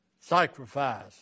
sacrifice